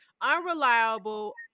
unreliable